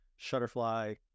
Shutterfly